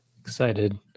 excited